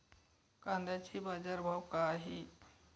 कांद्याचे बाजार भाव का हाये?